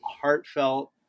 heartfelt